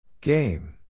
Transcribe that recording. Game